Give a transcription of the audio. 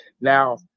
Now